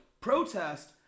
Protest